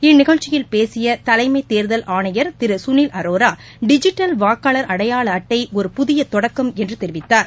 இந்நிகழ்ச்சியில் பேசிய தலைமை தேர்தல் ஆணையர் திரு சுனில் அரோரா டிஜிட்டல் வாக்காளர் அடையாள அட்டை ஒரு புதிய தொடக்கம் என்று தெரிவித்தார்